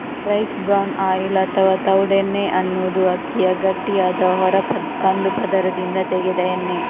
rice bran oil ಅಥವಾ ತವುಡೆಣ್ಣೆ ಅನ್ನುದು ಅಕ್ಕಿಯ ಗಟ್ಟಿಯಾದ ಹೊರ ಕಂದು ಪದರದಿಂದ ತೆಗೆದ ಎಣ್ಣೆ